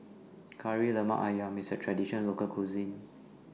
Kari Lemak Ayam IS A Traditional Local Cuisine